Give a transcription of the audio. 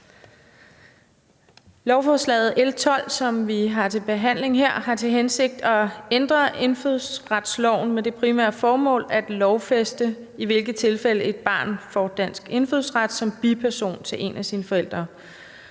lovforslaget, L 12, som vi behandler her, er at ændre indfødsretsloven med det primære formål at lovfæste, i hvilke tilfælde et barn får dansk indfødsret som biperson til en af sine forældre.